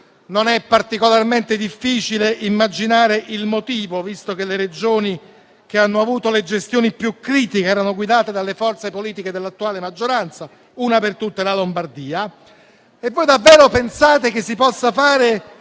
Non è particolarmente difficile immaginarne il motivo, visto che le Regioni che hanno avuto le gestioni più critiche erano guidate dalle forze politiche dell'attuale maggioranza, una per tutte la Lombardia. Voi davvero pensate che si possa fare